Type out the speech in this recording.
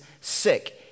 sick